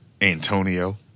Antonio